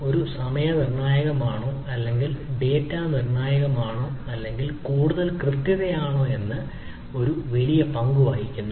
ഒരു സമയ നിർണ്ണായകമാണോ അല്ലെങ്കിൽ ഡാറ്റ നിർണ്ണായകമാണോ അല്ലെങ്കിൽ കൂടുതൽ കൃത്യതയാണോ എന്ന് ഒരു വലിയ പങ്ക് വഹിക്കുന്നു